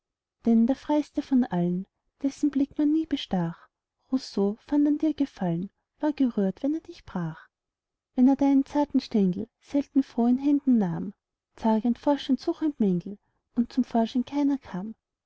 denn der freieste von allen dessen blick man nie bestach rousseau fand an dir gefallen war gerührt wenn er dich brach wenn er deinen zarten stengel selten froh in händen nahm zagend forschend suchend mängel und zum vorschein keiner kam